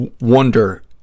wonder